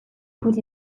put